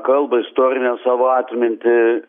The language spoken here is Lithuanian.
kalbą istorinę savo atmintį